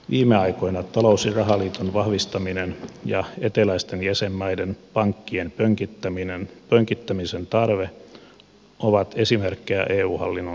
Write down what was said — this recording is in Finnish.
viime aikoina talous ja rahaliiton vahvistaminen ja eteläisten jäsenmaiden pankkien pönkittämisen tarve ovat esimerkkejä eu hallinnon toimimattomuudesta